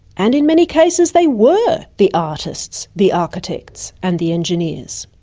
and in many cases they were the artists, the architects, and the engineers.